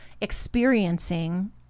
experiencing